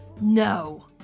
No